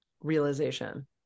realization